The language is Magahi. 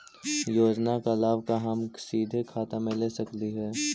योजना का लाभ का हम सीधे खाता में ले सकली ही?